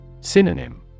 Synonym